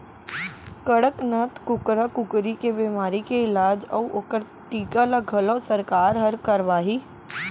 कड़कनाथ कुकरा कुकरी के बेमारी के इलाज अउ ओकर टीका ल घलौ सरकार हर करवाही